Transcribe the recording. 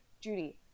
Judy